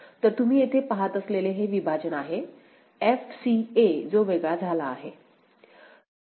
तर तुम्ही येथे पहात असलेले हे विभाजन आहे f c a जो वेगळा झाला आहे